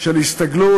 של הסתגלות.